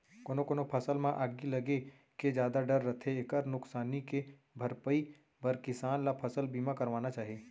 कोनो कोनो फसल म आगी लगे के जादा डर रथे एकर नुकसानी के भरपई बर किसान ल फसल बीमा करवाना चाही